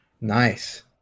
Nice